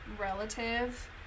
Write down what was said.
relative